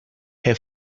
had